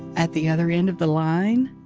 at the other end of the line,